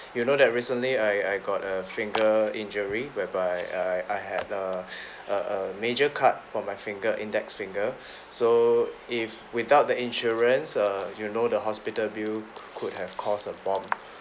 you know that recently I I got a finger injury whereby I I had a a a major cut for my finger index finger so if without the insurance err you know the hospital bill could have cost a bomb